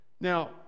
Now